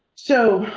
so